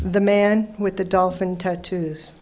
the man with the dolphin tattoos